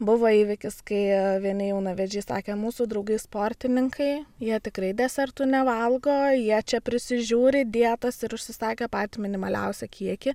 buvo įvykis kai vieni jaunavedžiai sakė mūsų draugai sportininkai jie tikrai desertų nevalgo jie čia prisižiūri dietos ir užsisakė patį minimaliausią kiekį